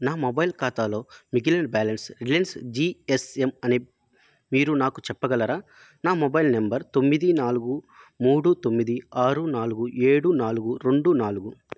నా మొబైల్ ఖాతాలో మిగిలిన బ్యాలెన్స్ రిలయన్స్ జీఎస్ఎమ్ అనే మీరు నాకు చెప్పగలరా నా మొబైల్ నెంబర్ తొమ్మిది నాలుగు మూడు తొమ్మిది ఆరు నాలుగు ఏడు నాలుగు రెండు నాలుగు